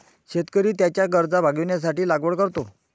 शेतकरी त्याच्या गरजा भागविण्यासाठी लागवड करतो